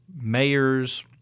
mayors